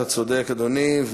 אתה צודק, אדוני.